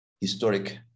historic